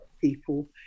people